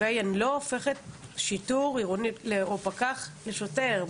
אני לא הופכת שיטור עירוני או פקח לשוטר,